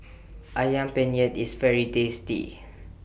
Ayam Penyet IS very tasty